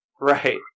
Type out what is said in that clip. Right